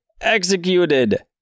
executed